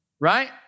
right